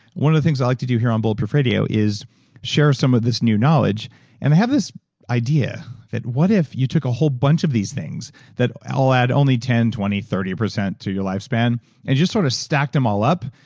one of the things i like to do here on bulletproof radio is share some of this new knowledge and have this idea that what if you took a whole bunch of these things that i'll add only ten, twenty, thirty percent to your lifespan and you just sort of stacked them all up,